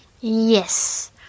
Yes